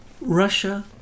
Russia